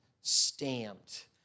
stamped